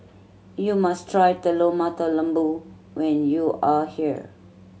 you must try Telur Mata Lembu when you are here